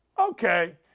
Okay